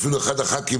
אפילו לאחד מחברי הכנסת,